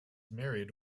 married